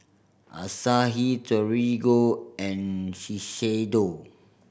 Asahi Torigo and Shiseido